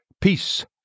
Peace